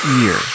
year